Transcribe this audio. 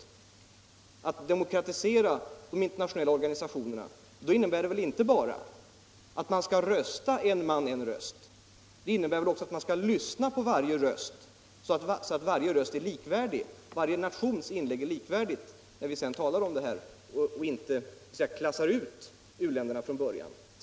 Om man demokratiserar de internationella organisationerna innebär det väl inte bara en man en röst, det innebär väl också att man skall lyssna på varje röst så att varje nations inlägg är likvärdiga vid diskussionerna. Vi får inte klassa ut u-länderna från början.